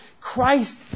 Christ